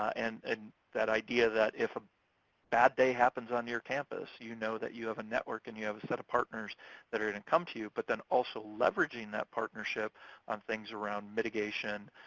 and and that idea that if a bad day happens on your campus, you know that you have a network and you have a set of partners that are gonna and and come to you, but then also leveraging that partnership on things around mitigation,